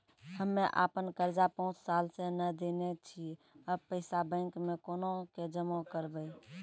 हम्मे आपन कर्जा पांच साल से न देने छी अब पैसा बैंक मे कोना के जमा करबै?